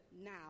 now